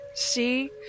see